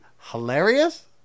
hilarious